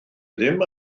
ddim